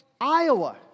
Iowa